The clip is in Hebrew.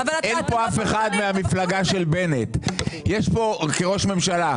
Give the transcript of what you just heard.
אין פה אף אחד מהמפלגה של בנט כראש ממשלה,